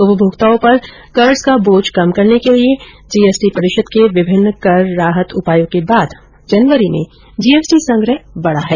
उपभोक्ताओं पर कर्ज का बोझ कम करने के लिए जी एस टी परिषद के विभिन्न कर राहत उपायों के बाद जनवरी में जीएसटी संग्रह बढ़ा है